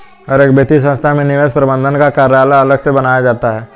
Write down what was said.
हर एक वित्तीय संस्था में निवेश प्रबन्धन का कार्यालय अलग से बनाया जाता है